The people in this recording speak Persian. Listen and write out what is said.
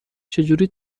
چجوری